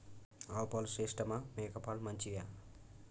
ఆవు పాలు శ్రేష్టమా మేక పాలు మంచియా?